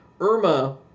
Irma